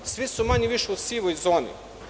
Svi su, manje-više, u sivoj zoni.